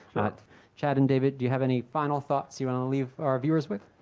chad and david, do you have any final thoughts you wanna leave our viewers with?